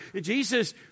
Jesus